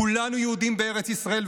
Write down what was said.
כולנו יהודים בארץ ישראל,